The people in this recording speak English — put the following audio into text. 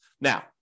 Now